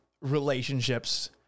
relationships